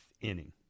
inning